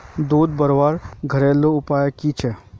दूध बढ़वार घरेलू उपाय की छे?